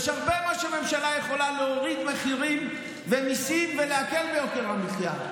הממשלה יכולה להוריד מחירים ומיסים מהרבה ולהקל ביוקר המחיה,